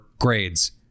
grades